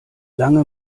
lange